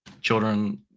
children